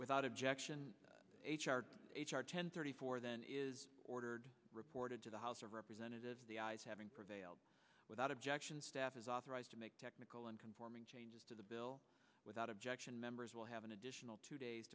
without objection ten thirty four then is ordered reported to the house of representatives the ayes having prevailed without objection staff is authorized to make technical and conforming changes to the bill without objection members will have an additional two days